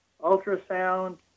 ultrasound